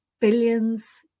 billions